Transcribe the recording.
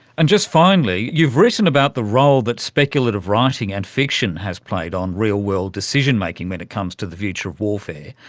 and just finally, you've written about the role that speculative writing and fiction has played on real-world decision-making when it comes to the future of warfare,